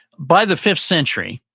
by the fifth century,